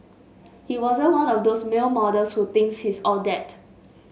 he wasn't one of those male models who thinks he's all that